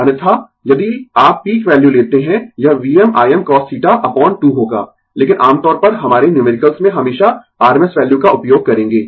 अन्यथा यदि आप पीक वैल्यू लेते है यह VmImcos θ अपोन 2 होगा लेकिन आम तौर पर हमारे न्यूमेरिकल में हमेशा rms वैल्यू का उपयोग करेंगें